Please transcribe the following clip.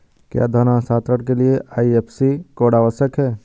क्या धन हस्तांतरण के लिए आई.एफ.एस.सी कोड आवश्यक है?